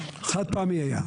חד פעמי הוא היה.